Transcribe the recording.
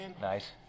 Nice